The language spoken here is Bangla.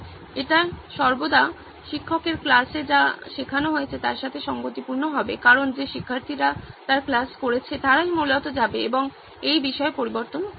এবং এটি সর্বদা শিক্ষকের ক্লাসে যা শেখানো হয়েছে তার সাথে সঙ্গতিপূর্ণ হবে কারণ যে শিক্ষার্থীরা তার ক্লাস করেছে তারাই মূলত যাবে এবং এই বিষয়ে পরিবর্তন করে